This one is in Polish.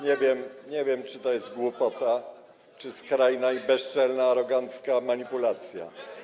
Nie wiem, czy to jest głupota, czy skrajna i bezczelna, arogancka manipulacja.